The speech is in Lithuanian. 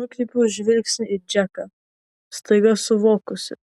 nukreipiu žvilgsnį į džeką staiga suvokusi